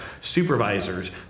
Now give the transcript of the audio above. supervisors